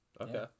okay